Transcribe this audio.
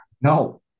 no